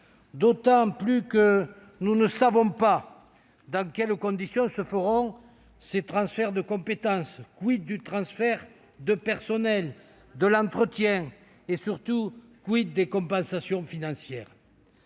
d'autant que nous ne savons pas dans quelles conditions se feront ces transferts de compétences : du transfert de personnels, de l'entretien et, surtout, des compensations financières